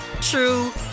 true